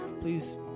please